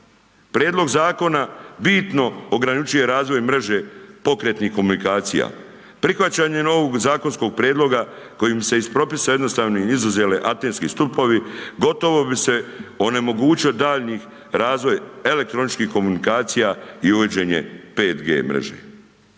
prijedlog zakona bitno ograničava razvoj mreže pokretnih komunikacija. Prihvaćanje novog zakonskog prijedloga kojim se iz propisa jednostavno izuzele antenski stupovi, gotovo bi se onemogućio daljnji razvoj elektroničkih komunikacija i uvođenje 5G mreže.